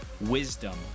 wisdom